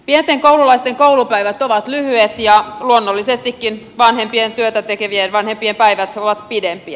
pienten koululaisten koulupäivät ovat lyhyet ja luonnollisestikin työtätekevien vanhempien päivät ovat pidempiä